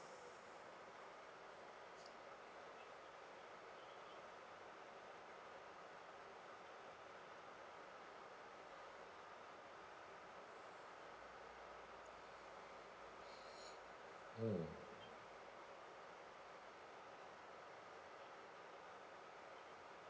mm